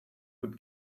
would